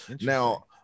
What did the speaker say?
now